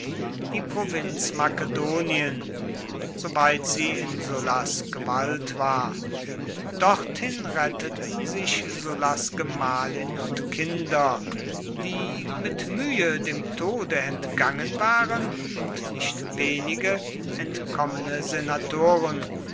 die provinz makedonien soweit sie in sullas gewalt war dorthin retteten sich sullas gemahlin und kinder die mit mühe dem tode entgangen waren und nicht wenige entkommene senatoren